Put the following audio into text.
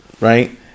Right